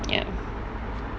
yup